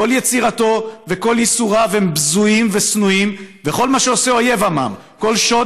כל יצירתו וכל ייסוריו הם בזויים ושנואים וכל מה שעושה אויב עמם כל שוד